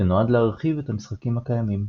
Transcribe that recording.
שנועד להרחיב את המשחקים הקיימים.